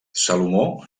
salomó